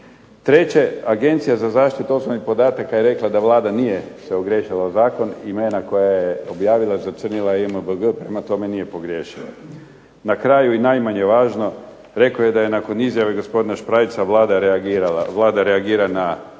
Treće, Agencija za zaštitu osobnih podataka je rekla da Vlada nije se ogriješila o zakon. Imena koja je objavila zacrnila je JMBG, prema tome nije pogriješila. Na kraju i najmanje važno rekao je da je nakon izjave gospodina Šprajca Vlada reagirala. Vlada